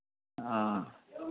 ହଁ